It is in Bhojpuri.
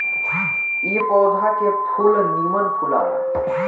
ए पौधा के फूल निमन फुलाला